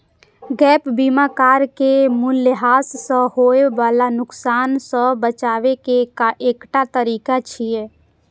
gap बीमा car के मूल्यह्रास सं होय बला नुकसान सं बचाबै के एकटा तरीका छियै